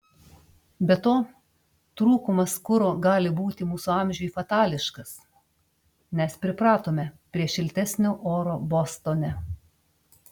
be to trūkumas kuro gali būti mūsų amžiui fatališkas nes pripratome prie šiltesnio oro bostone